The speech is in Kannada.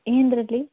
ಏನ್ರಲ್ಲಿ